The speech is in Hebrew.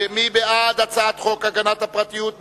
מי בעד הצעת חוק הגנת הפרטיות (תיקון,